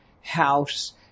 house